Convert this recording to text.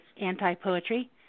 anti-poetry